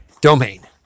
domain